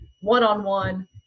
one-on-one